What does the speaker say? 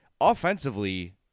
Offensively